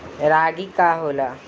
रागी का होला?